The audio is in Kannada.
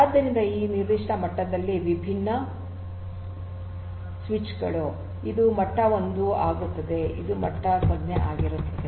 ಆದ್ದರಿಂದ ಈ ನಿರ್ದಿಷ್ಟ ಮಟ್ಟದಲ್ಲಿ ವಿಭಿನ್ನ ಸ್ವಿಚ್ ಗಳು ಇದು ಮಟ್ಟ 1 ಆಗುತ್ತದೆ ಇದು 0 ಮಟ್ಟವಾಗುತ್ತದೆ